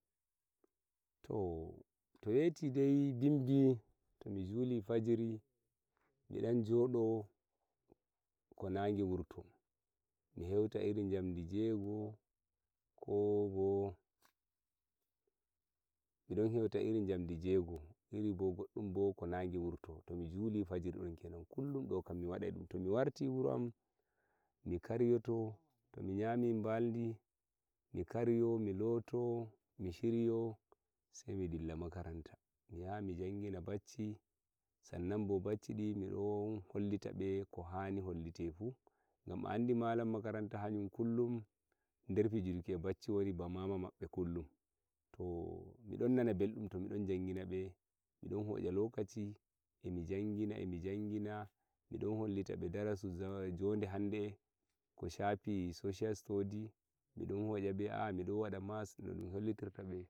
to to weti dei bimbi to mi juli fajiri mi dan jodo ko nage wurto mi heuta iri jamdi jego'o ko bo mi don heuta iri jamdi jego'o iri bo goddum bo ko nage wurto to mi juli fajiri don kenan kullum do kam mi wadai dum to mi warti wuro am mi karyoto to mi nyami nbaldi mi karyo mi loto mi shiryo sei mi dilla makaranta mi yaha mi njangina bacci san nan bo bacci di mi don hollita be ko hani hollite fu gam a andi malam makaranta hayum kullum nder fijirki e bacci woni e bacci ba mama mabbe kullum to mi don nana beldum to mi don njangina be mi don hoya lokaci e'mi njangina e'mi njangina mi don hollita be darasu zawar njode hande ko shafi social study mi don hoya be mi don wada math no dum hollitirta be